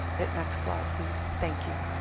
it. next slide, please. thank you.